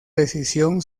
decisión